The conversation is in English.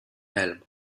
helm